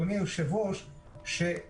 שלום, אדוני, תודה רבה.